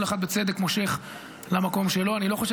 כל אחד מושך בצדק למקום שלו.